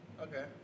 Okay